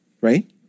right